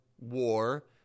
war